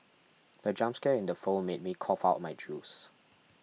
the jump scare in the film made me cough out my juice